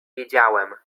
wiedziałem